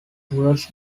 towards